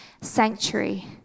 sanctuary